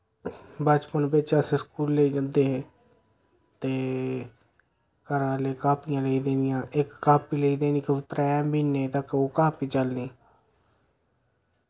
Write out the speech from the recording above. बचपन बिच अस स्कूले जंदे हे ते घरे आह्ले कापियां लेई देनियां इक कापी लेई देनी क ते त्रै म्हीने तक ओ कापी चलनी